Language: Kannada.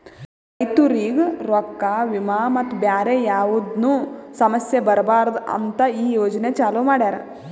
ರೈತುರಿಗ್ ರೊಕ್ಕಾ, ವಿಮಾ ಮತ್ತ ಬ್ಯಾರೆ ಯಾವದ್ನು ಸಮಸ್ಯ ಬರಬಾರದು ಅಂತ್ ಈ ಯೋಜನೆ ಚಾಲೂ ಮಾಡ್ಯಾರ್